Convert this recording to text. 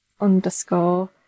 underscore